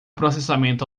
processamento